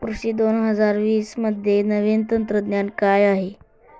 कृषी दोन हजार वीसमध्ये नवीन तंत्रज्ञान काय आहे?